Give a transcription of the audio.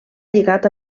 lligat